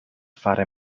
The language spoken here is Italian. fare